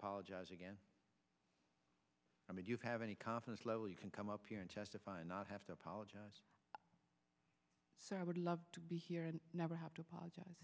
apologize again i mean you have any confidence low you can come up here and testify and not have to apologize so i would love to be here and never have to apologize